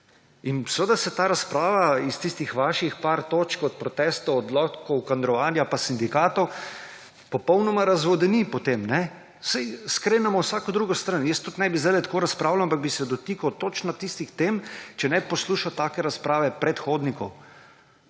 Seveda se ta razprava iz tistih vaših nekaj točk − od protestov, odlokov, kadrovanja pa sindikatov popolnoma razvodeni, saj skrenemo vsak v drugo stran. Jaz tudi ne bi sedaj tako razpravljal, ampak bi se dotikal točno tistih tem, če ne bi poslušal takšne razprave predhodnikov.